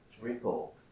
Recall